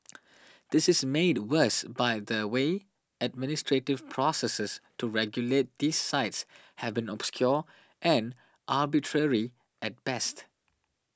this is made worse by the way administrative processes to regulate these sites have been obscure and arbitrary at best